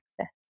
access